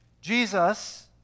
Jesus